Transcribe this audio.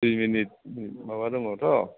दुइ मिनिट माबा दङ थ'